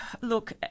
look